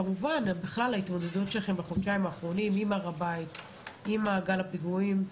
בכלל ההתמודדות שלכם בחודשיים האחרונים עם הר הבית וגל הפיגועים,